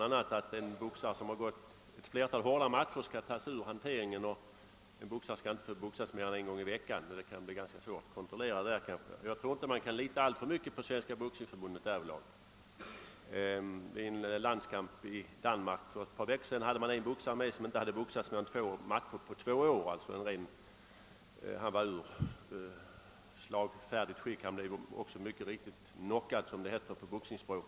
Sålunda skall en boxare som gått ett flertal hårda matcher tas ur »hanteringen», och en boxare skall inte få boxas mer än en gång i veckan. Jag tror inte att man kan lita alltför mycket på Svenska boxningsförbundet. Vid en landskamp i Danmark för ett par veckor sedan deltog en boxare som inte hade gått mer än två matcher på två år. Han var alltså i slagfärdigt skick — i boxningsteknisk mening — och blev mycket riktigt knockad, som det heter på boxningsspråk.